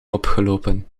opgelopen